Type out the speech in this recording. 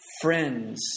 friends